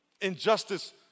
Injustice